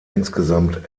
insgesamt